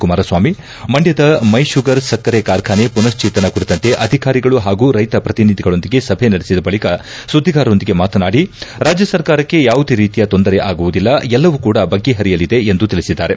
ಕುಮಾರಸ್ವಾಮಿ ಮಂಡ್ಜದ ಮೈಶುಗರ್ ಸಕ್ಕರೆ ಕಾರ್ಖಾನೆ ಮನಕ್ಷೇತನ ಕುರಿತಂತೆ ಅಧಿಕಾರಿಗಳು ಹಾಗೂ ರೈತ ಪ್ರತಿನಿಧಿಗಳೊಂದಿಗೆ ಸಭೆ ನಡೆಸಿದ ಬಳಕ ಸುದ್ದಿಗಾರರೊಂದಿಗೆ ಮಾತನಾಡಿ ರಾಜ್ಯ ಸರ್ಕಾರಕ್ಕೆ ಯಾವುದೇ ರೀತಿಯ ತೊಂದರೆ ಆಗುವುದಿಲ್ಲ ಎಲ್ಲವೂ ಕೂಡ ಬಗೆಹರಿಯಲಿದೆ ಎಂದು ತಿಳಿಸಿದ್ದಾರೆ